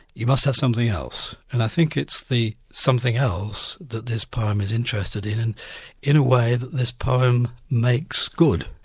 you must have something else. and i think it's the something else that this poem is interested in, and in a way that this poem makes good,